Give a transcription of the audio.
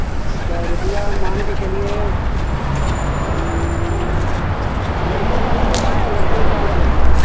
अच्छा रुपये मान के चलिए लड़कों का अलग बताएँ लड़कियों का अलग बताएँ